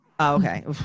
Okay